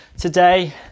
today